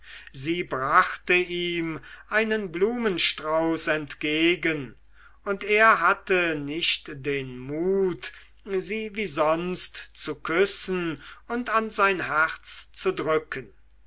sie brachte ihm einen blumenstrauß entgegen und er hatte nicht den mut sie wie sonst zu küssen und an sein herz zu drücken